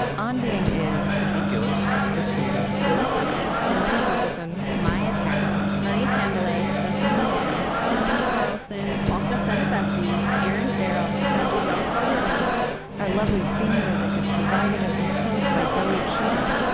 on being is trent gilliss, chris heagle, lily percy, mariah helgeson, maia tarrell, marie sambilay, bethanie mann, selena carlson, malka fenyvesi, erinn farrell, and gisell calderon our lovely theme music is provided and composed by zoe keating.